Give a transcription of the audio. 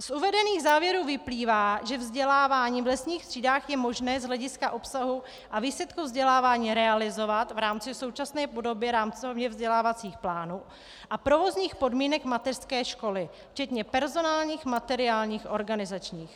Z uvedených závěrů vyplývá, že vzdělávání v lesních třídách je možné z hlediska obsahu a výsledku vzdělávání realizovat v rámci současné podoby rámcově vzdělávacích plánů a provozních podmínek mateřské školy, včetně personálních, materiálních, organizačních.